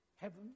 heaven